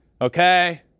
okay